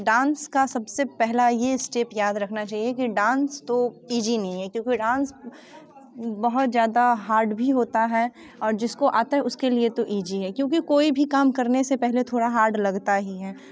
dance का सबसे पहले यह स्टेप याद रखना चाहिए की डांस तो इजी नहीं है क्योंकि डांस बहुत ज़्यादा हार्ड भी होता है और जिसको आता है उसके लिए तो इजी है क्योंकि कोई भी काम करने से पहले थोड़ा हार्ड लगता ही है